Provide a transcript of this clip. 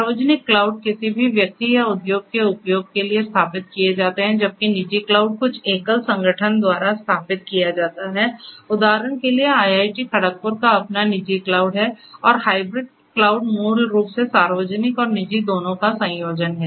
सार्वजनिक क्लाउड किसी भी व्यक्ति या उद्योग के उपयोग के लिए स्थापित किए जाते हैं जबकि निजी क्लाउड कुछ एकल संगठन द्वारा स्थापित किया जाता है उदाहरण के लिए IIT खड़गपुर का अपना निजी क्लाउड है और हाइब्रिड क्लाउड मूल रूप से सार्वजनिक और निजी दोनों का संयोजन है